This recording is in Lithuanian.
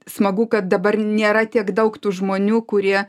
smagu kad dabar nėra tiek daug tų žmonių kurie